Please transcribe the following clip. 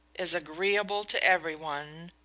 is agreeable to every one,